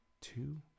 two